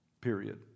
Period